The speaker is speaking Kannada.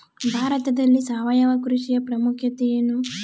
ಭಾರತದಲ್ಲಿ ಸಾವಯವ ಕೃಷಿಯ ಪ್ರಾಮುಖ್ಯತೆ ಎನು?